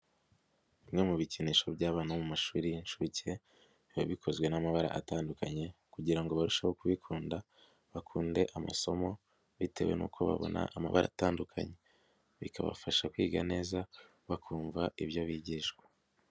Bimwe mu bikinisho by'abana bo mu mashuri y'inshuke ,biba bikozwe n'amabara atandukanye, kugira ngo barusheho kubikunda bakunde amasomo ,bitewe n'uko babona amabara atandukanye, bikabafasha kwiga neza bakumva ibyo bigishwa.